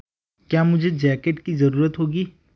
क्या मुझे जैकेट की ज़रूरत होगी